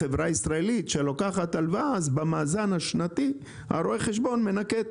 חברה ישראלית שלוקחת הלוואה רואה החשבון מנכה במאזן השנתי את ההוצאה